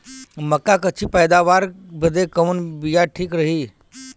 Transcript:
मक्का क अच्छी पैदावार बदे कवन बिया ठीक रही?